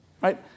right